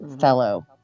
fellow